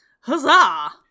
Huzzah